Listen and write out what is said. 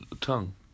tongue